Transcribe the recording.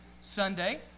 Sunday